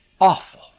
awful